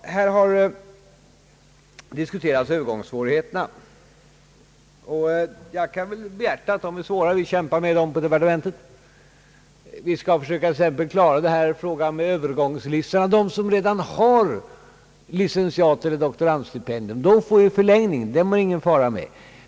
Här har diskuterats övergångssvårigheterna och jag kan medge att det är svårlösta problem och att vi kämpar med dem i departementet. Vi skall t.ex. försöka klara frågan om Öövergångslicentiaterna. De som redan har licentiateller doktorandstipendium får förlängning. Med dem är det ingen fara.